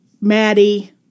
Maddie